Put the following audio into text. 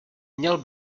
měl